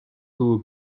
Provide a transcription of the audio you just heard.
who